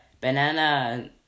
banana